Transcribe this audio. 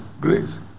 grace